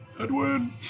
Edwin